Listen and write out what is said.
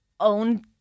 own